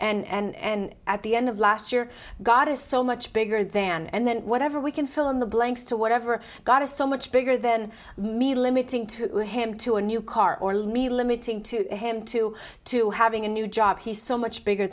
year and at the end of last year god is so much bigger than and then whatever we can fill in the blanks to whatever god is so much bigger than me lou meeting to him to a new car or let me limiting to him two to having a new job he's so much bigger